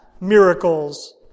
miracles